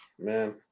man